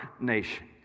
nation